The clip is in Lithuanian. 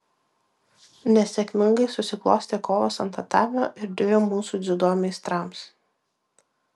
nesėkmingai susiklostė kovos ant tatamio ir dviem mūsų dziudo meistrams